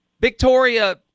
Victoria